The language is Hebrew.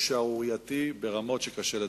הוא שערורייתי ברמות שקשה לדמיין.